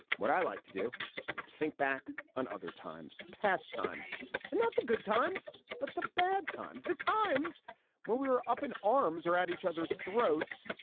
what i like to do is think back on other times, past times and that the good times, but the bad times, the times when we were up in arms or at each other's throats.